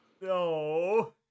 No